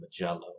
Magello